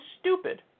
stupid